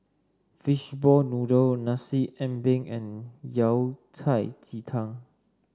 Fishball Noodle Nasi Ambeng and Yao Cai Ji Tang